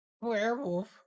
Werewolf